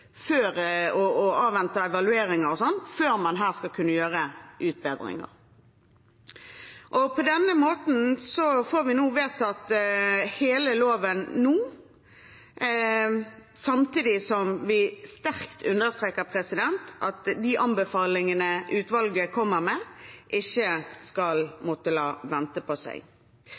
avvente evalueringer og sånn, før man skal kunne gjøre utbedringer. På denne måten får vi vedtatt hele loven nå, samtidig som vi sterkt understreker at de anbefalingene utvalget kommer med, ikke skal måtte la vente på seg.